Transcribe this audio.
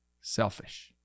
selfish